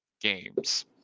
games